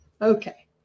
Okay